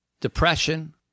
depression